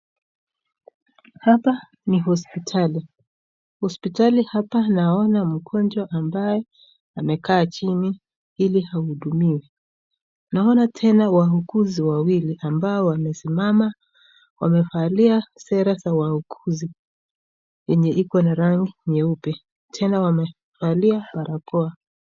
Hapa ni hospitali, hospitali hapa naona mgonjwa ambaye amekaa chini ili ahudumiwe, naona tena wauguzi wawili ambao wamesimama, wamevalia sera za wauguzi yenye iko na rangi nyeupe, tena wamevalia barakoa.